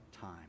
time